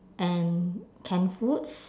and canned foods